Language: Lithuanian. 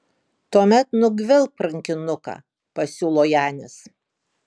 tuomet nugvelbk rankinuką pasiūlo janis